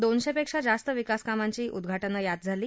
दोनशेपेक्षा जास्त विकासकामांची उद्घाटनं झाली